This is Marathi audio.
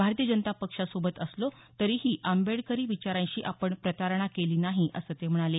भारतीय जनता पक्षासोबत असलो तरीही आंबेडकरी विचारांशी आपण प्रतारणा केली नाही असं ते म्हणाले